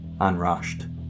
unrushed